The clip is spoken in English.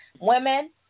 Women